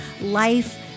life